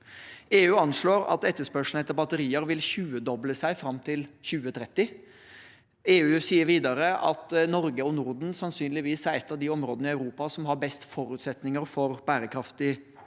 EU anslår at etterspørselen etter batterier vil tjuedoble seg fram til 2030. EU sier videre at Norge og Norden sannsynligvis er et av de områdene i Europa som har best forutsetninger for bærekraftig